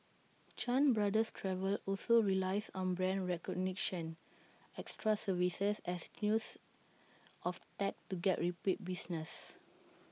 chan brothers travel also relies on brand recognition extra services as use of tech to get repeat business